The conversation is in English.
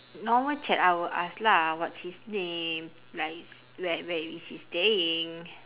normal chat I will ask lah what's his name like where where is he staying